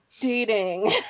dating